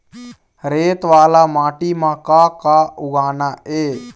रेत वाला माटी म का का उगाना ये?